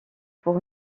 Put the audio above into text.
pour